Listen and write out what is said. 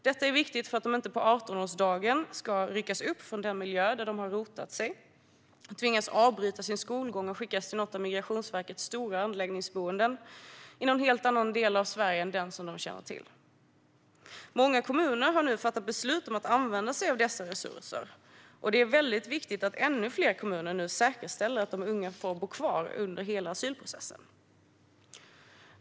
Detta är viktigt för att de inte på 18-årsdagen ska ryckas upp från den miljö där de har rotat sig, tvingas avbryta sin skolgång och skickas till ett av Migrationsverkets stora anläggningsboenden i någon helt annan del av Sverige än den som de känner till. Många kommuner har nu fattat beslut om att använda sig av dessa resurser. Det är viktigt att ännu fler kommuner nu säkerställer att de unga får bo kvar under hela asylprocessen.